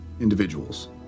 individuals